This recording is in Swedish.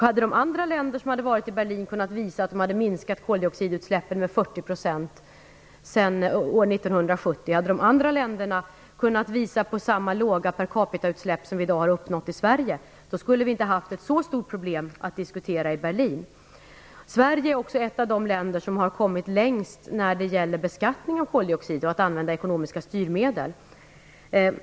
Hade de andra länderna som deltog i Berlin kunnat visa att de har minskat koldioxidutsläppen med 40 % sedan år 1970 och hade de kunnat visa på samma låga utsläpp per capita som vi i dag har uppnått i Sverige, skulle vi inte ha haft ett särskilt stort problem att diskutera i Sverige är också ett av de länder som har kommit längst när det gäller beskattning av koldioxid och användning av ekonomiska styrmedel.